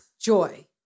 joy